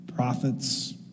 Prophets